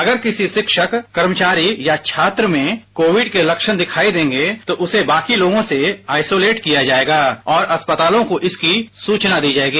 अगर किसी शिक्षक कमंचारी या छात्र में कोविंड के लवण दिखाई देगे तो उसे बाकी लोगों से आइसोलेट किया जाएगा और अस्पतालों को इसकी सूचना दी जाएगी